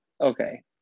Okay